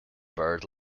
bird